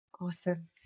awesome